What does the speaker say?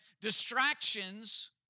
distractions